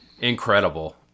Incredible